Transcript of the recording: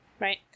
right